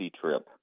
trip